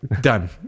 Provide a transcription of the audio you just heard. done